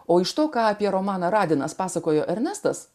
o iš to ką apie romaną radinas pasakojo ernestas